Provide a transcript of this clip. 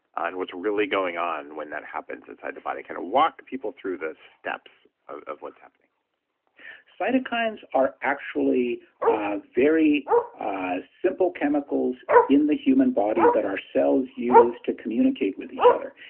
what's really going on when that happens inside the body? kind of walk people through the steps of what's happening cytokines are actually very simple chemicals in the human body that our cells use to communicate with each other.